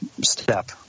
step